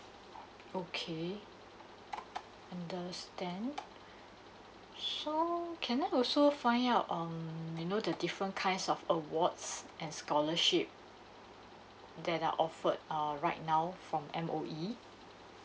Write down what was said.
okay understand so can I also find out um you know the different kinds of awards and scholarship that are offered uh right now from M_O_E